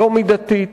לא מידתית,